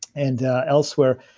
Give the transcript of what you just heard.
and elsewhere,